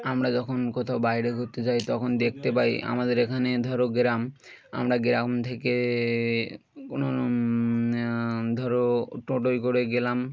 আমরা যখন কোথাও বাইরে ঘুরতে যাই তখন দেখতে পাই আমাদের এখানে ধরো গ্রাম আমরা গ্রাম থেকে কোনো ধরো টোটোই করে গেলাম